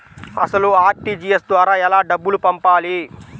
అసలు అర్.టీ.జీ.ఎస్ ద్వారా ఎలా డబ్బులు పంపాలి?